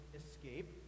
escape